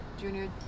junior